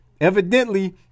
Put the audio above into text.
evidently